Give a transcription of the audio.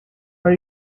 are